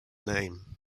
name